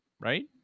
right